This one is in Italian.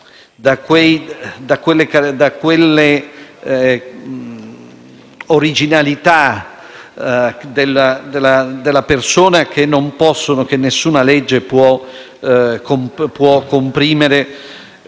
da quelle originalità della persona stessa che nessuna legge può comprimere.